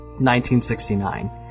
1969